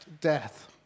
death